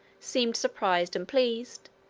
seemed surprised and pleased,